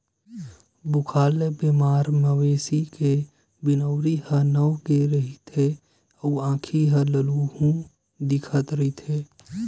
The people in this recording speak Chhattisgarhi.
बुखार ले बेमार मवेशी के बिनउरी ह नव गे रहिथे अउ आँखी ह ललहूँ दिखत रहिथे